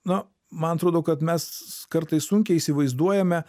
na man atrodo kad mes kartais sunkiai įsivaizduojame